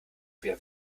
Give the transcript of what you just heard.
wieder